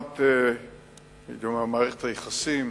מבחינת מערכת היחסים